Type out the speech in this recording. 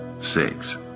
six